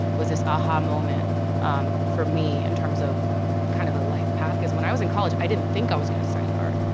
was this aha moment um for me in terms of kind of a life path because when i was in college, i didn't think i was going to study art.